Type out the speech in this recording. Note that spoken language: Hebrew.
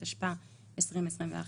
התשפ"א-2021.